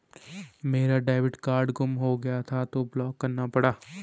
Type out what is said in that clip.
मेरा debit card गुम हो गया था तो ब्लॉक करना पड़ा